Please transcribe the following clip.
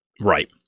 right